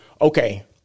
Okay